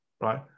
Right